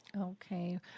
Okay